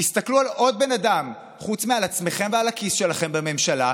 תסתכלו על עוד בן אדם חוץ מעל עצמכם ועל הכיס שלכם בממשלה,